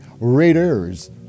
Raiders